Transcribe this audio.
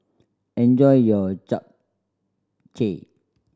enjoy your Japchae